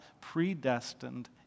predestined